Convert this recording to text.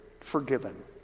forgiven